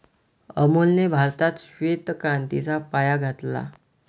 अमूलने भारतात श्वेत क्रांतीचा पाया घातला